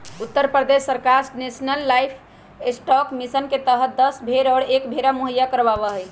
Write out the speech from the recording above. उत्तर प्रदेश सरकार national livestock mission के तहद दस भेंड़ और एक भेंड़ा मुहैया करवावा हई